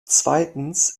zweitens